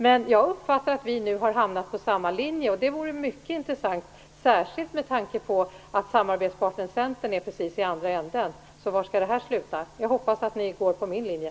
Men jag uppfattar att vi nu har hamnat på samma linje, och det vore mycket intressant, särskilt med tanke på att samarbetspartnern Centern är precis i andra ändan. Var skall det här sluta? Jag hoppas att ni går på min linje.